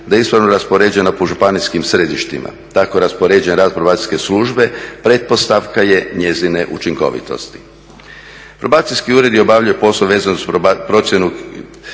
da je ispravno raspoređena po županijskim središtima. Tako raspoređen rad Probacijske službe pretpostavka je njezine učinkovitosti. Probacijski uredi obavljaju posao vezno uz procjenu